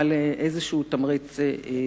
לאיזה תמריץ כספי.